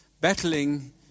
battling